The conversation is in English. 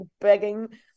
begging